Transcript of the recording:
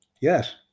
Yes